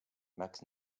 max